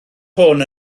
hwn